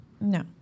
No